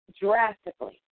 drastically